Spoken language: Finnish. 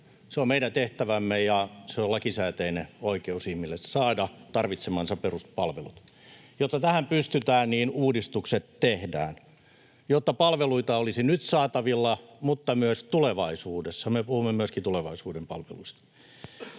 Se on meidän tehtävämme, ja se on lakisääteinen oikeus, että ihmiset saavat tarvitsemansa peruspalvelut. Uudistukset tehdään, jotta tähän pystytään ja jotta palveluita olisi saatavilla nyt mutta myös tulevaisuudessa. Me puhumme myöskin tulevaisuuden palveluista.